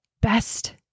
best